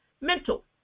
Mental